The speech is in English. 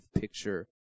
picture